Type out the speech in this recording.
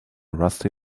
rusty